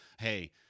Hey